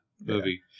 movie